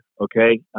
okay